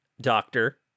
Doctor